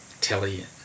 telly